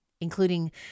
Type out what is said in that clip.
including